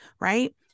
Right